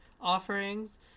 offerings